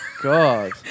God